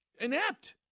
inept